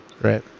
Right